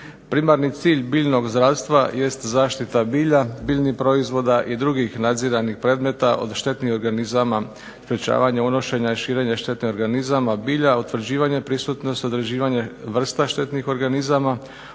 Primarni cilj biljnog zdravstva jest zaštita bilja, biljnih proizvoda i drugih nadziranih predmeta od štetnih organizama sprječavanja unošenja i širenja štetnih organizama bilja, utvrđivanje prisutnost određivanje vrsta štetnih organizama,